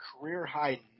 career-high